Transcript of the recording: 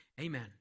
Amen